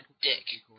dick